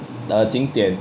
的经典